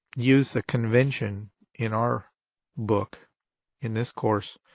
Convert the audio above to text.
use the convention in our book in this course